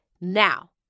Now